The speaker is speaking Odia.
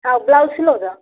ଆଉ ବ୍ଲାଉଜ ସିଲୋଉଛ